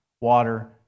water